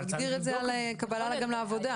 הוא הגדיר את זה על קבלה גם לעבודה.